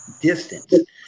distance